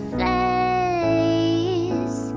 face